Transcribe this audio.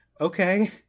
okay